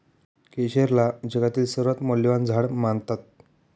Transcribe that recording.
केशरला जगातील सर्वात मौल्यवान झाड मानतात